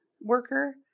worker